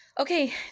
Okay